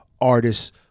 artists